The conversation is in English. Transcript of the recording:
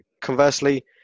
conversely